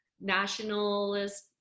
nationalist